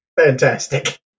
Fantastic